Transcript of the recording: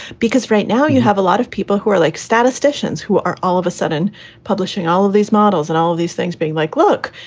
because right now you have a lot of people who are like statisticians who are all of a sudden publishing all of these models and all of these things being like, look,